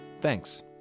Thanks